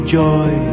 joy